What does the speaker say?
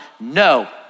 no